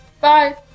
Bye